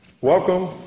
Welcome